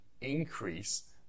increase